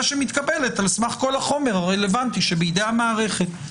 שמתקבלת על סמך כל החומר הרלוונטי שבידי המערכת.